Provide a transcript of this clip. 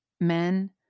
men